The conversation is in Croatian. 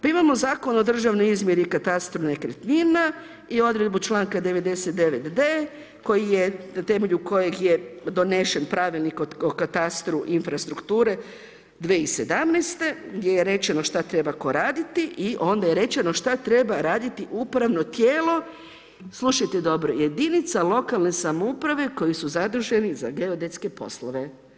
Pa imamo Zakon o državnoj izmjeri i katastru nekretnina i odredbu članka 99.d na temelju kojeg je donesen Pravilnik o katastru infrastrukture 2017., gdje je rečeno šta treba tko raditi i onda je rečeno šta treba raditi upravno tijelo, slušajte dobro, jedinica lokalne samouprave koje su zaduženi za geodetske poslove.